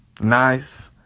nice